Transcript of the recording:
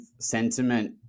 sentiment